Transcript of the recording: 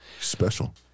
Special